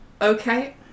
okay